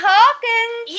Hawkins